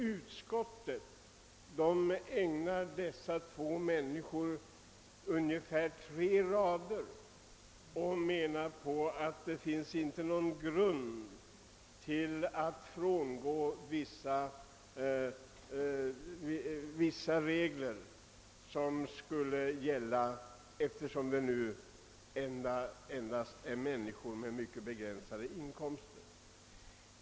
Utskottet, som har ägnat dessa två människor ungefär tre rader i sitt utlåtande, har ansett att det saknas grund för att frångå gällande regler i dessa fall, som gäller människor med mycket begränsade inkomster.